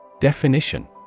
Definition